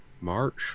March